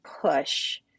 push